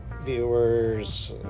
viewers